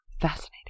Fascinating